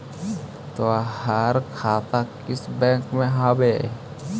तोहार खाता किस बैंक में हवअ